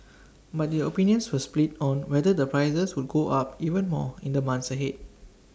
but their opinions were split on whether the prices would go up even more in the months ahead